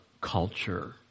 culture